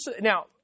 now